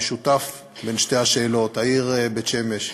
המשותף לשתי השאלות, העיר בית-שמש.